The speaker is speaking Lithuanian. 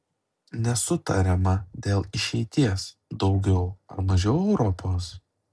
nesutariama dėl išeities daugiau ar mažiau europos